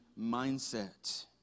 mindset